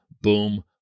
boom